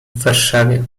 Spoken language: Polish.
warszawie